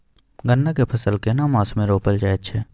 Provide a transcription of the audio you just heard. गन्ना के फसल केना मास मे रोपल जायत छै?